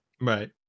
right